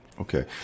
Okay